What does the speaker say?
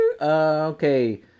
okay